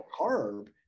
carb